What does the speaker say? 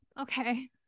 okay